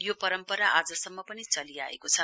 यो परम्परा आजसम्म पनि चलिआएको छ